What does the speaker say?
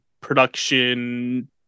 production